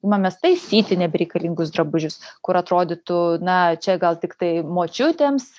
imamės taisyti nebereikalingus drabužius kur atrodytų na čia gal tiktai močiutėms